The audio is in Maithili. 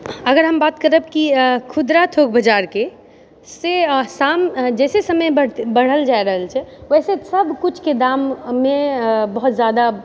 अगर हम बात करब कि खुदरा थोक बजार के से शाम जैसे समय बढ़ल जाए रहल छै वैसे सब किछुके दाममे बहुत जादा